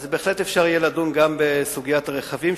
אז בהחלט אפשר יהיה לדון גם בסוגיית הרכבים,